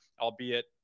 albeit